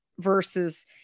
Versus